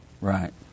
Right